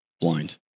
blind